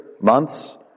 months